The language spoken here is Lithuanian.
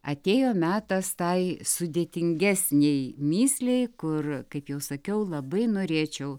atėjo metas tai sudėtingesnei mįslei kur kaip jau sakiau labai norėčiau